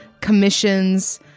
commissions